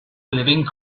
living